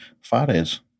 Fares